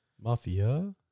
Mafia